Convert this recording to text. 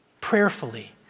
prayerfully